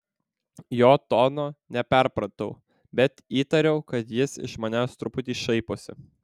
jo tono neperpratau bet įtariau kad jis iš manęs truputį šaiposi